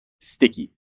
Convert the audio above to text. sticky